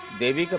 devi.